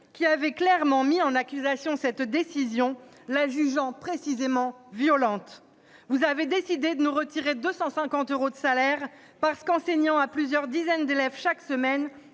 qui avaient clairement mis en accusation cette décision, la jugeant précisément violente. « Vous avez décidé de nous retirer 250 euros de salaire parce que, enseignant à plusieurs dizaines d'élèves chaque semaine,